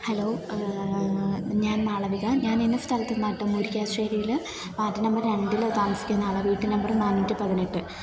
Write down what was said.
hello ഞാൻ മാളവിക ഞാൻ ഇന്ന സ്ഥലത്തു നിന്നാണു കേട്ടോ മുരിക്കാശ്ശേരിയിൽ വാർഡ് നമ്പർ രണ്ടിൽ താമസിക്കുന്ന ആളാണ് വീട്ടു നമ്പർ നാനൂറ്റി പതിനെട്ട്